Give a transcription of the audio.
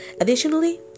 Additionally